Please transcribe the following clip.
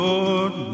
Lord